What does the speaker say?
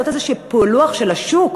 לעשות אולי איזה פילוח של השוק,